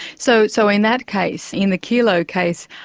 so so in that case, in the kelo case,